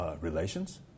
relations